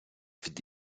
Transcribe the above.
від